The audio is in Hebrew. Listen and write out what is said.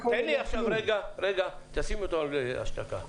שימו אותו על השתקה.